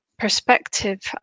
perspective